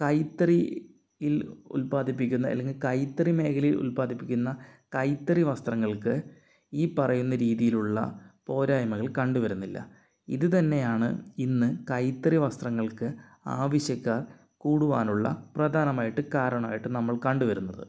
കൈത്തറിയിൽ ഉത്പാദിപ്പിക്കുന്ന അല്ലെങ്കിൽ കൈത്തറി മേഖലയിൽ ഉത്പാദിപ്പിക്കുന്ന കൈത്തറി വസ്ത്രങ്ങൾക്ക് ഈ പറയുന്ന രീതിയിലുള്ള പോരായ്മകൾ കണ്ട് വരുന്നില്ല ഇതുതന്നെയാണ് ഇന്ന് കൈത്തറി വസ്ത്രങ്ങൾക്ക് ആവശ്യക്കാർ കൂടുവാനുള്ള പ്രധാനമായിട്ട് കരണമായിട്ട് നമ്മൾ കണ്ട് വരുന്നത്